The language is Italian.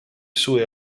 sue